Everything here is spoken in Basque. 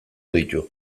ditu